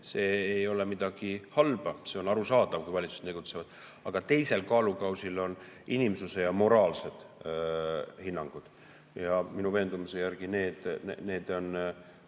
selles ei ole midagi halba. See on arusaadav, kui valitsused tegutsevad. Aga teisel kaalukausil on inimsuse ja moraalsed hinnangud ja minu veendumuse järgi nendega